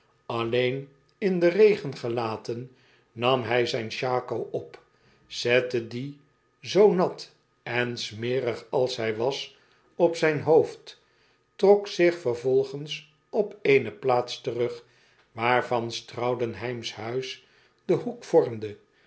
alleen in den regen gelaten nam hij zijn shako op zette dien zoo nat en smerig als hij was op zijn hoofd trok zich vervolgens op eene plaats terug waarvan straudenheim's huis den hoek vormde